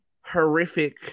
horrific